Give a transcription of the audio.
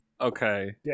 Okay